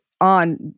on